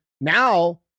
now